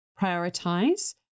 prioritize